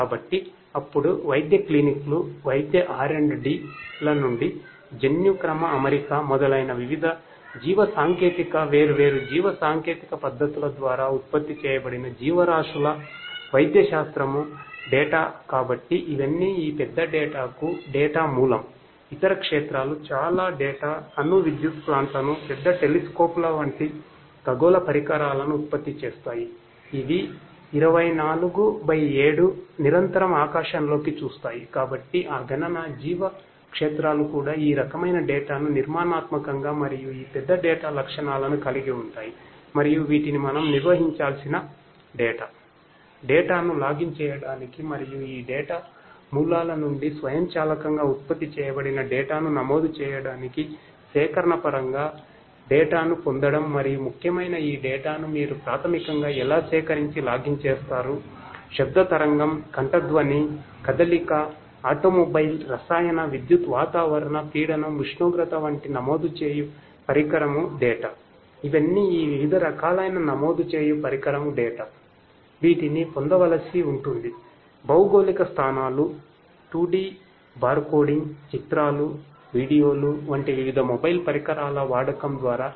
కాబట్టి అప్పుడు వైద్య క్లినిక్లు వైద్య ఆర్ డి ల నుండి జన్యు క్రమఅమరిక మొదలైన వివిధ జీవసాంకేతిక వేర్వేరు జీవసాంకేతిక పద్ధతుల ద్వారా ఉత్పత్తి చేయబడిన జీవరాశుల వైద్యశాస్త్రము డేటా